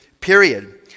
period